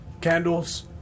Candles